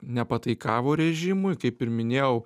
nepataikavo režimui kaip ir minėjau